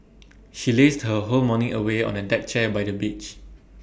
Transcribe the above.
she lazed her whole morning away on A deck chair by the beach